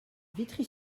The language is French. vitry